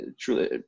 truly